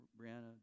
Brianna